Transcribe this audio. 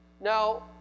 Now